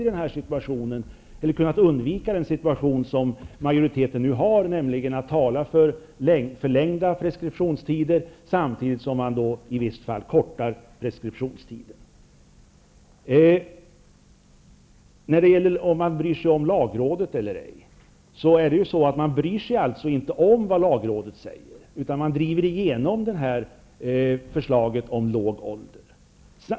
Därmed kunde inte nuvarande situation för majoriteten undvikas, nämligen att man talar för förlängda preskriptionstider samtidigt som preskriptionstiden i visst fall kortas. Så till frågan huruvida man bryr sig om lagrådet eller ej. Faktum är att man inte bryr sig om vad lagrådet säger. Man driver igenom förslaget om låg ålder.